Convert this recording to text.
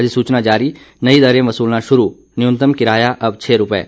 अधिसूचना जारी नई दरें वसूलना शुरू न्यूनतम किराया अब छह रुपये